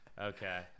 Okay